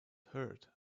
herd